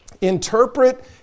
Interpret